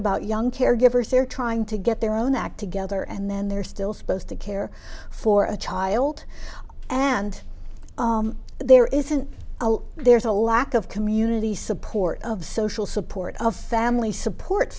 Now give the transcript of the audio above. about young caregivers they're trying to get their own act together and then they're still supposed to care for a child and there isn't there's a lack of community support of social support of family support